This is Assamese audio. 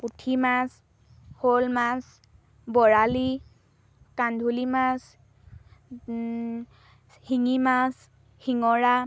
পুঠি মাছ শ'ল মাছ বৰালি কান্ধুলি মাছ শিঙি মাছ শিঙৰা